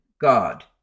God